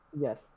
Yes